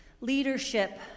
leadership